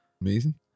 Amazing